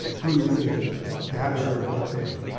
do we sort of gather around a thing?